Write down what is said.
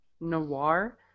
Noir